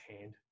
hand